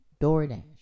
DoorDash